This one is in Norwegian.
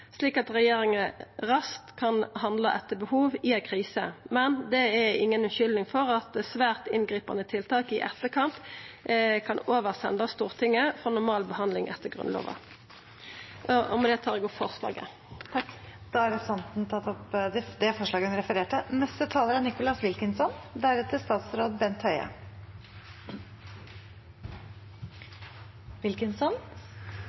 slik at regjeringa raskt kan handla etter behov i ei krise, men det er inga unnskyldning for at svært inngripande tiltak i etterkant kan sendast over til Stortinget for normal behandling etter Grunnlova. Med det tar eg opp forslaget. Da har representanten Kjersti Toppe tatt opp det forslaget hun refererte til. Det er